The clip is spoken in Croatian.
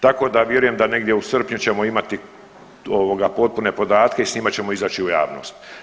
Tako da vjerujem da negdje u srpnju ćemo imati ovoga potpune podatke i s njima ćemo izaći u javnost.